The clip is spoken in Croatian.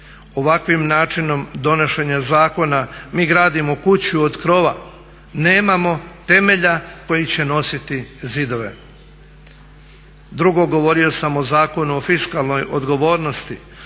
Ovakvim načinom donošenja zakona mi gradimo kuću od krova, nemamo temelja koji će nositi zidove. Drugo, govorio sam o Zakonu o fiskalnoj odgovornosti,